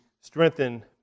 strengthen